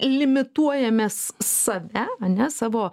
limituojamės save ar ne savo